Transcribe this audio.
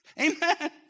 Amen